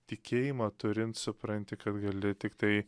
tikėjimą turint supranti kad gali tiktai